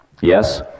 yes